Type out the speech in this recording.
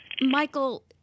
Michael